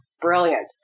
brilliant